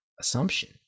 assumption